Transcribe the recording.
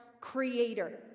creator